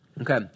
Okay